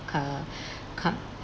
car